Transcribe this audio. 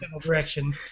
direction